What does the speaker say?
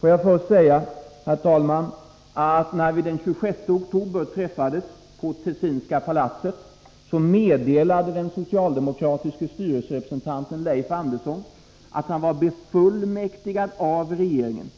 Får jag först säga, herr talman, att när vi den 26 oktober träffades i Tessinska palatset meddelade den socialdemokratiske styrelserepresentanten Leif Andersson att han var befullmäktigad av regeringen